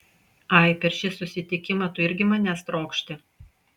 ai per šį susitikimą tu irgi manęs trokšti